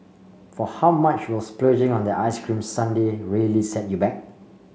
for how much will splurging on that ice cream sundae really set you back